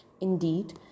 Indeed